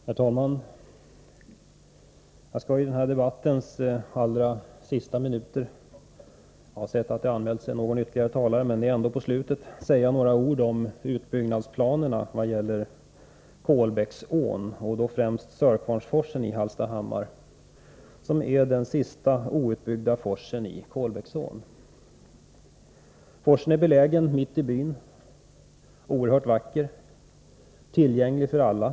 Herr talman! Jag skall i debattens allra sista minuter — jag har sett att ytterligare någon talare är anmäld, men det är ändå på slutet — säga några ord om utbyggnadsplanerna vad gäller Kolbäcksån och då främst Sörkvarnsforsen i Hallstahammar, som är den sista outbyggda forsen i Kolbäcksån. Forsen är belägen mitt i byn, är oerhört vacker och tillgänglig för alla.